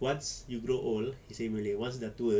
once you grow old he say bila once dah tua